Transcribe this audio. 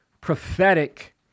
prophetic